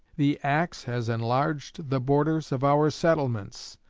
the axe has enlarged the borders of our settlements,